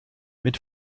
mit